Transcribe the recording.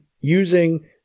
using